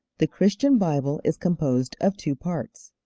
the christian bible is composed of two parts,